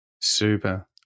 super